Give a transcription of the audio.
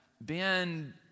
Ben